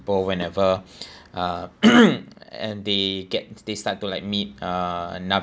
go whenever uh and they get they start to like meet uh enough